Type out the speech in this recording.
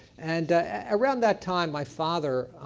and around that time my father,